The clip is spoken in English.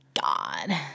god